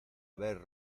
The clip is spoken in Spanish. haber